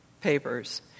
papers